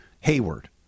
Hayward